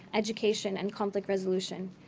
education, and conflict resolution.